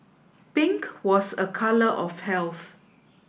pink was a colour of health